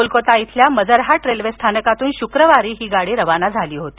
कोलकाता इथल्या मजरहाट रेल्वे स्थानकामधून शुक्रवारी ही गाडी रवाना झाली होती